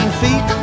feet